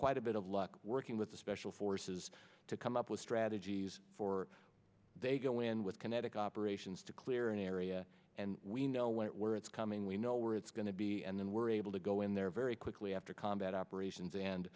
quite a bit of luck working with the special forces to come up with strategies for they go in with kinetic operations to clear an area and we know where it's coming we know where it's going to be and then we're able to go in there very quickly after combat operations and